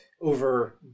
over